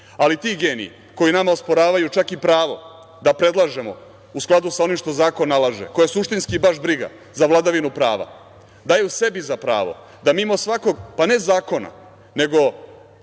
ti geniji koji nama osporavaju čak i pravo da predlažemo u skladu sa onim što zakon nalaže, koje suštinski baš briga za vladavinu prava, daju sebi za pravo da mimo svakog, pa ne zakona, nego